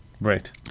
Right